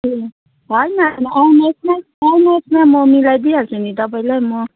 ए हैन हैन आउनुहोस् न आउनुहोस् न म मिलाइदिइहाल्छु नि तपाईँलाई म